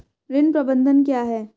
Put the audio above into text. ऋण प्रबंधन क्या है?